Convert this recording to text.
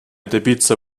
добиться